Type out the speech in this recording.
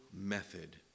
method